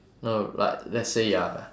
no like let's say you're